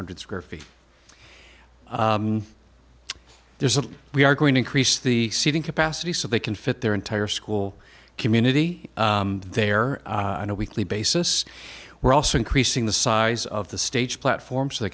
hundred square feet there's a we are going to increase the seating capacity so they can fit their entire school community there on a weekly basis we're also increasing the size of the stage platform so they